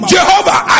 Jehovah